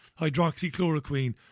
hydroxychloroquine